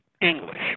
English